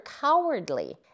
cowardly